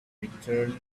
returned